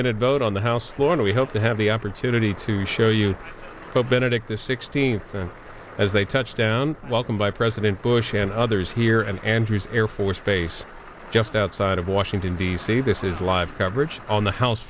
minute vote on the house floor and we hope to have the opportunity to show you pope benedict the sixteenth and as they touched down welcomed by president bush and others here and andrews air force base just outside of washington d c this is live coverage on the house